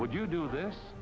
would you do this